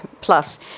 plus